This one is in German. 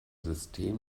system